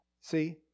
See